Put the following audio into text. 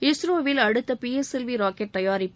இஸ்ரோவில் அடுத்த P S L V rocket தயாரிப்பு